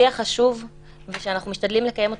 חשוב ושאנחנו משתדלים לקיים אותו,